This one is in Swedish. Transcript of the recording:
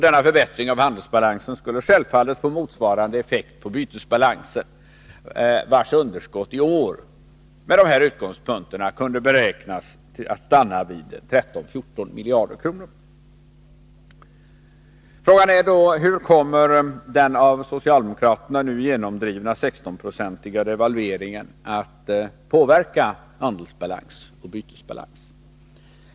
Denna förbättring av handelsbalansen skulle självfallet få motsvarande effekt på bytesbalansen, vars underskott i år — med de här utgångspunkterna — kunde beräknas stanna vid 13-14 miljarder kronor. Frågan är då: Hur kommer den av socialdemokraterna nu genomdrivna 16-procentiga devalveringen att påverka handelsbalans och bytesbalans?